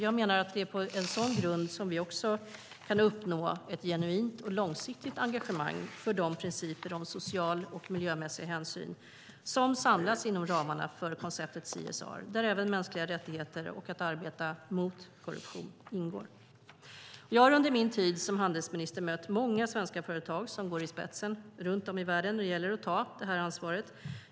Jag menar att det är på en sådan grund som vi också kan uppnå ett genuint och långsiktigt engagemang för de principer om social och miljömässig hänsyn som samlas inom ramen för konceptet CSR, där även mänskliga rättigheter och att arbeta mot korruption ingår. Jag har under min tid som handelsminister mött många svenska företag som går i spetsen runt om i världen när det gäller att ta det här ansvaret.